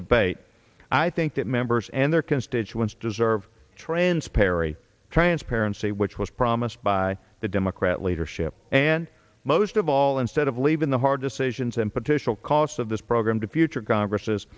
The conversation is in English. debate i think that members and their constituents deserve trans perry transparency which was promised by the democrat leadership and most of all instead of leaving the hard decisions and potential costs of this program to future congress